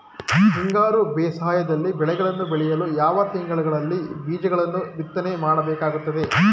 ಹಿಂಗಾರು ಬೇಸಾಯದಲ್ಲಿ ಬೆಳೆಗಳನ್ನು ಬೆಳೆಯಲು ಯಾವ ತಿಂಗಳುಗಳಲ್ಲಿ ಬೀಜಗಳನ್ನು ಬಿತ್ತನೆ ಮಾಡಬೇಕಾಗುತ್ತದೆ?